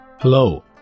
Hello